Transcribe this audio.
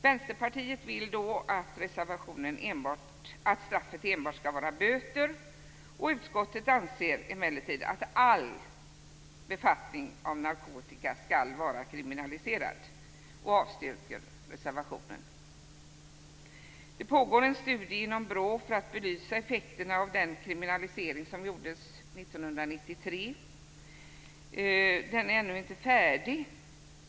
Vänsterpartiet vill att straffet enbart skall vara böter. Utskottet anser emellertid att all befattning med narkotika skall vara kriminaliserad. Jag avstyrker reservationen. Det pågår en studie inom BRÅ för att belysa effekterna av den kriminalisering som gjordes 1993. Den är ännu inte färdig.